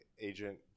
agent